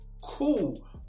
cool